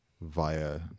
via